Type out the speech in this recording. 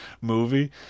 movie